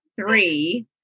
three